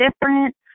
different